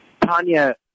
Tanya